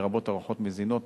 לרבות ארוחות מזינות,